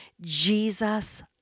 Jesus